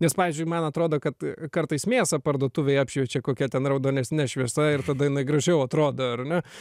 nes pavyzdžiui man atrodo kad kartais mėsą parduotuvėj apšviečia kokia ten raudonesne šviesa ir tada jinai gražiau atrodo ar ne